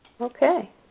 Okay